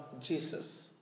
Jesus